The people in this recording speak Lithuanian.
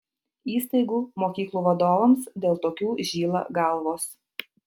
įstaigų mokyklų vadovams dėl tokių žyla galvos